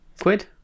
quid